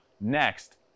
next